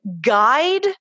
guide